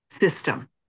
system